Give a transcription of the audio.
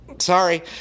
Sorry